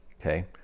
Okay